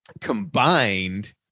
combined